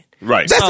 Right